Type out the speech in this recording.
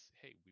hey